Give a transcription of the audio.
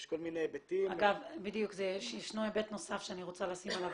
יש כל מיני היבטים--- נכון שמבחינת האזור,